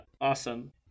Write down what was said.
awesome